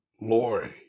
lori